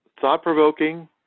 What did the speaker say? thought-provoking